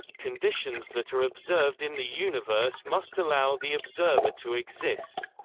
conditions that are observed in the universe must allow the observer to exist,